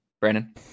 Brandon